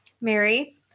Mary